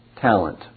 talent